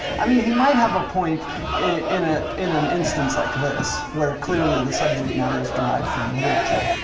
i mean he might have a point in ah in an instance like this where clearly the subject matter is derived from literature.